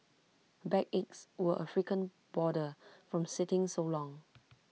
backaches were A frequent bother from sitting so long